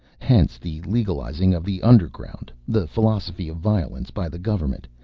hence the legalizing of the underground, the philosophy of violence by the government,